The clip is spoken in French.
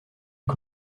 que